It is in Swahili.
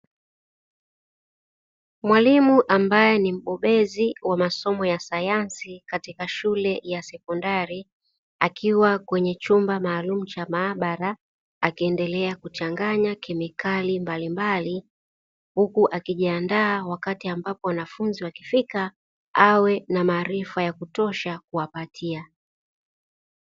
Mwalimu ambaye ni mbobezi wa masomo ya sayansi katika shule ya sekondari akiwa kwenye chumba maalumu cha maabara, akiendelea kuchanganya kemikali mbalimbali huku akijiandaa wakati ambapo wanafunzi wakifika awe na maarifa ya kutosha kuwapatia.